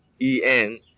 EN